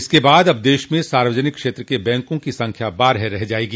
इसके बाद अब देश में सार्वजनिक क्षेत्र के बैंकों की संख्या बारह रह जायेगी